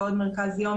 ועוד מרכז יום